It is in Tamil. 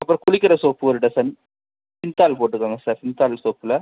அப்புறம் குளிக்கிற சோப்பு ஒரு டசன் சிந்தால் போட்டுக்கோங்க சார் சிந்தால் சோப்புலே